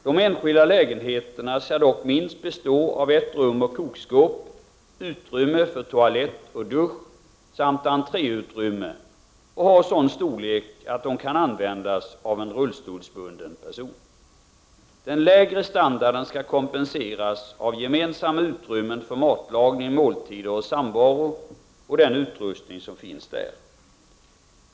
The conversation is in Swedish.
De enskilda lägenheterna skall dock bestå av minst ett rum och kokskåp, utrymme för toalett och dusch samt entréutrymme och ha sådan storlek att de kan användas av en rullstolsbunden person. Den lägre standarden skall kompenseras av gemensamma utrymmen för matlagning, måltider och samvaro och den utrustning som finns där.